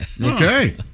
Okay